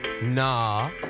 Nah